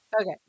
Okay